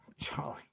Charlie